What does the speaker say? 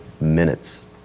minutes